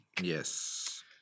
yes